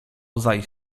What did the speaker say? zajść